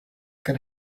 can